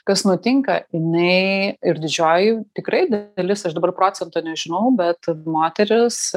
kas nutinka jinai ir didžioji tikrai dalis aš dabar procento nežinau bet ta moteris